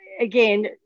again